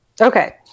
Okay